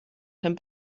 pen